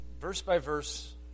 verse-by-verse